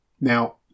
Now